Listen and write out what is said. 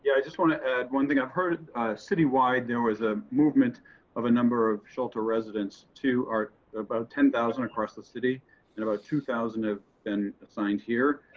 yeah i just want to add one thing i've heard city wide. there was a movement of a number of shelter residents to are about ten thousand across the city and about two thousand have been assigned here.